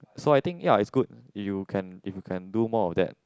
so I think ya is good you can you can do more of that